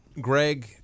Greg